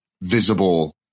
visible